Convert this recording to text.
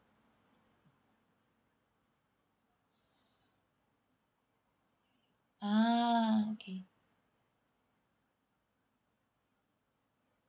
ah okay